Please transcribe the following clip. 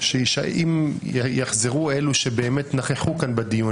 שאם יחזרו אלו שבאמת נכחו כאן בדיון,